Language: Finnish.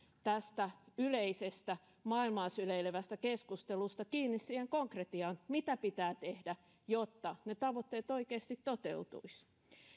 tästä yleisestä maailmaa syleilevästä keskustelusta kiinni siihen konkretiaan mitä pitää tehdä jotta ne tavoitteet oikeasti toteutuisivat